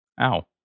Ow